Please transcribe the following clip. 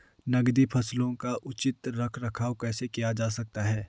नकदी फसलों का उचित रख रखाव कैसे किया जा सकता है?